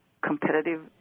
competitive